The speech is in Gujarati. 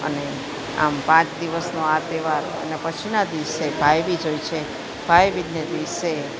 અને આમ પાંચ દિવસનો આ તહેવાર એના પછીના દિવસે ભાઈબીજ હોય છે ભાઈબીજને દિવસે